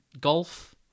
golf